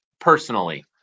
personally